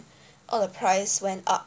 all the price went up